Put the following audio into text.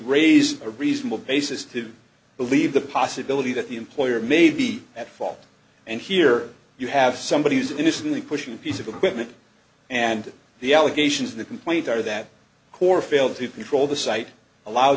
raise a reasonable basis to believe the possibility that the employer may be at fault and here you have somebody who's innocently pushing piece of equipment and the allegations in the complaint are that core failed to control the site allow